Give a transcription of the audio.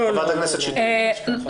חברת הכנסת שטרית, בבקשה.